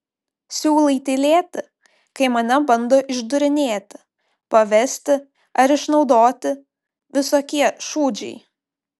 siūlai tylėti kai mane bando išdūrinėti pavesti ar išnaudoti visokie šūdžiai